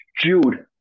Jude